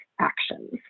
actions